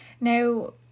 Now